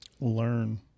learn